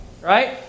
right